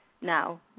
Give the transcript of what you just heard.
now